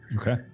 Okay